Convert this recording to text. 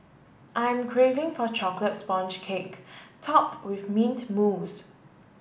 I'm craving for chocolate sponge cake topped with mint mousse